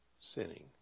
sinning